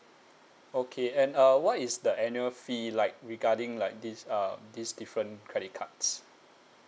okay and uh what is the annual fee like regarding like this um this different credit cards